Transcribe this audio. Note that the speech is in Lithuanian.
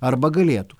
arba galėtų